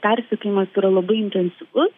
persekiojimas yra labai intensyvus